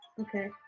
Okay